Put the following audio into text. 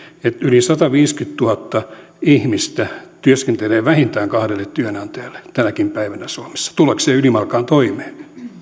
että yli sataviisikymmentätuhatta ihmistä työskentelee vähintään kahdelle työnantajalle tänäkin päivänä suomessa tullakseen ylimalkaan toimeen